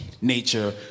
nature